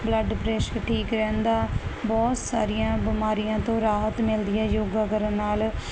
blood pressure ਠੀਕ ਰਹਿੰਦਾ ਬਹੁਤ ਸਾਰੀਆਂ ਬਿਮਾਰੀਆਂ ਤੋਂ ਰਾਹਤ ਮਿਲਦੀ ਹੈ ਯੋਗਾ ਕਰਨ ਨਾਲ